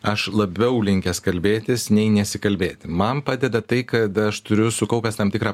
aš labiau linkęs kalbėtis nei nesikalbėti man padeda tai kad aš turiu sukaupęs tam tikrą